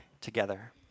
together